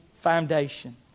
foundation